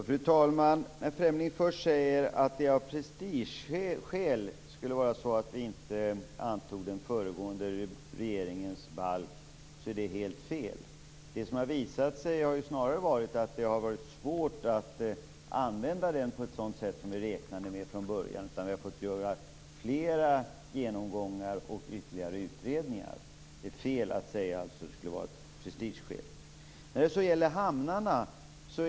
Fru talman! När Lennart Fremling säger att det är av prestigeskäl som vi inte antog den föregående regeringens förslag till balk är det helt fel. Det har snarare varit svårt att använda den på ett sådant sätt som vi räknade med från början, utan vi har fått göra flera genomgångar och ytterligare utredningar. Det är fel att säga att det skulle ha varit fråga om prestigeskäl.